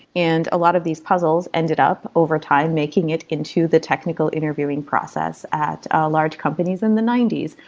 and a lot of these puzzles ended up over time making it into the technical interviewing process at large companies in the ninety s.